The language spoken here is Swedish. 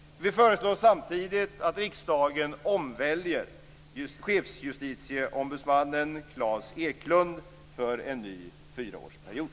Vi föreslår samtidigt att riksdagen omväljer chefsjustitieombudsmannen Claes Eklundh för en ny fyraårsperiod.